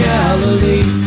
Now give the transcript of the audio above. Galilee